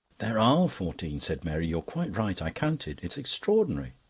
there are fourteen, said mary. you're quite right. i counted. it's extraordinary.